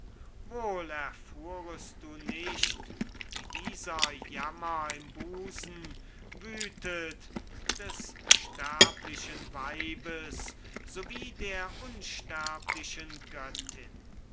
wohl erfuhrest du nicht wie dieser jammer im busen wütet des sterblichen weibes so wie der unsterblichen göttin